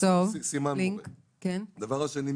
הדבר השני,